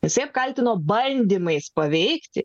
jisai apkaltino bandymais paveikti